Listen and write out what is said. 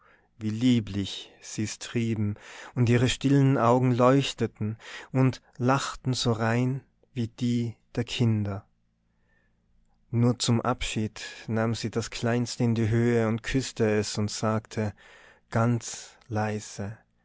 wie lieblich sie's trieben und ihre stillen augen leuchteten und lachten so rein wie die der kinder nur zum abschied nahm sie das kleinste in die höhe und küßte es und sagte ganz leise